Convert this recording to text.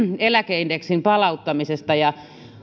eläkeindeksin palauttamisesta ja